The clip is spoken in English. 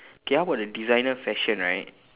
okay how about the designer fashion right